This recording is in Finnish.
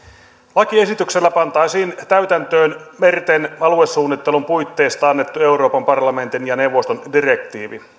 lakiesityksellä pantaisiin täytäntöön merten aluesuunnittelun puitteista annettu euroopan parlamentin ja neuvoston direktiivi